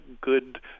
good